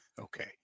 Okay